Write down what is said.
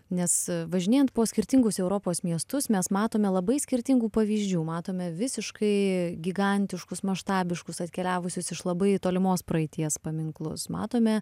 nes važinėjant po skirtingus europos miestus mes matome labai skirtingų pavyzdžių matome visiškai gigantiškus maštabiškus atkeliavusius iš labai tolimos praeities paminklus matome